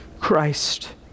Christ